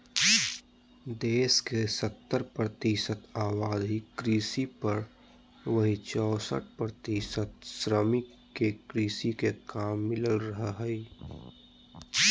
देश के सत्तर प्रतिशत आबादी कृषि पर, वहीं चौसठ प्रतिशत श्रमिक के कृषि मे काम मिल रहल हई